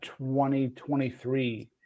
2023